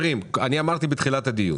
אמרתי בתחילת הדיון